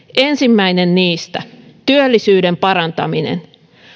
ensimmäinen niistä on työllisyyden parantaminen